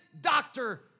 doctor